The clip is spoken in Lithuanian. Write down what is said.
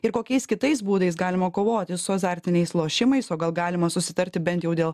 ir kokiais kitais būdais galima kovoti su azartiniais lošimais o gal galima susitarti bent jau dėl